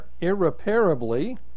irreparably